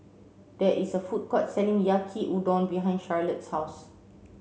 there is a food court selling Yaki Udon behind Charlotte's house